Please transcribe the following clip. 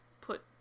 put